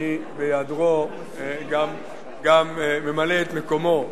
אני, בהיעדרו, גם ממלא את מקומו.